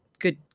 good